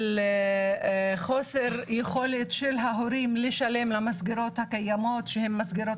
על חוסר יכולת של ההורים לשלם למסגרות הקיימות שהן מסגרות